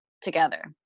together